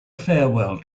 farewell